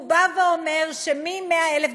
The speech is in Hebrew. הוא בא ואומר שמ-100,000,